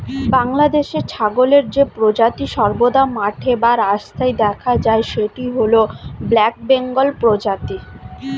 বাংলাদেশে ছাগলের যে প্রজাতি সর্বদা মাঠে বা রাস্তায় দেখা যায় সেটি হল ব্ল্যাক বেঙ্গল প্রজাতি